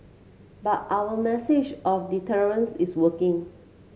but our message of deterrence is working